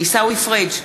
עיסאווי פריג'